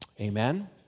Amen